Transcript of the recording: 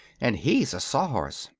and he's a sawhorse.